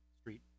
street